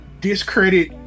discredit